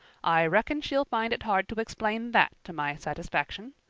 i reckon she'll find it hard to explain that to my satisfaction.